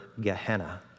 Gehenna